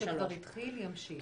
מה שכבר התחיל ימשיך.